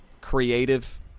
creative